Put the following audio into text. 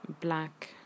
black